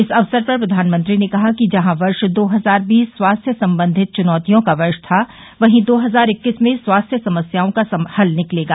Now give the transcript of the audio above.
इस अवसर पर प्रधानमंत्री ने कहा कि जहां दो हजार बीस स्वास्थ्य संबधित चुनौतियों का वर्ष था वहीं दो हजार इक्कीस में स्वास्थ्य समस्याओं का हल निकलेगा